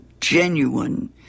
genuine